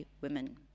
women